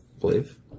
believe